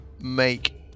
make